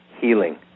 healing